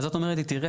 אז את אומרת לי תראה,